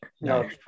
No